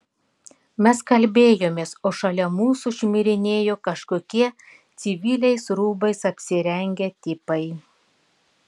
mes kalbėjomės o šalia mūsų šmirinėjo kažkokie civiliais rūbais apsirengę tipai